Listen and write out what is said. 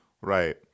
Right